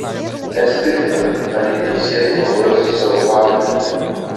es tikrina ar ji teisėtai naudojosi savo padaliniu